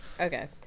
Okay